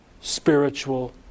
spiritual